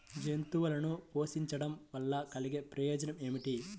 జంతువులను పోషించడం వల్ల కలిగే ప్రయోజనం ఏమిటీ?